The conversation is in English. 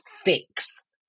fix